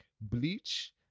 Bleach